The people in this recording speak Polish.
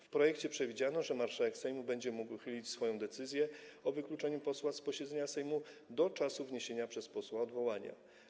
W projekcie przewidziano, że marszałek Sejmu będzie mógł uchylić swoją decyzję o wykluczeniu posła z posiedzenia Sejmu do czasu wniesienia przez posła odwołania.